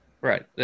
Right